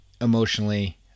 emotionally